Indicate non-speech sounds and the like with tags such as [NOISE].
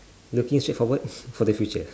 looking straight forward [BREATH] for the future